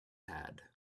had